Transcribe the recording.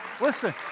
Listen